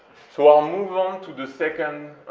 so i'll move on to the second,